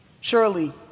Surely